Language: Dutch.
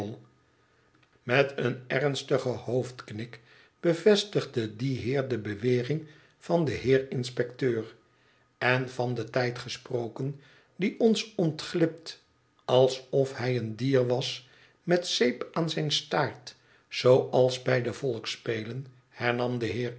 met een ernstigen hoofdknik bevestigde die heer de bewering van den heer inspecteur en van den tijd gesproken die ons ontglipt alsof hij een dier was roet zeep aan zijn staart zooals bij de volksspelen hernam de